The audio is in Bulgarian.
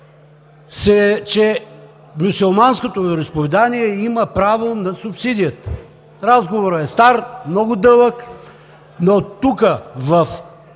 че мюсюлманското вероизповедание има право на субсидията. Разговорът е стар и много дълъг. Но тук